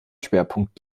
schwerpunkt